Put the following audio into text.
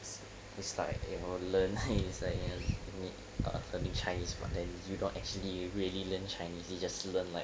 it's it's like it will learn and it's like learning chinese but then you don't actually really learn chinese you just learn like